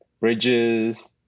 bridges